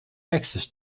access